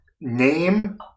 Name